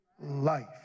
life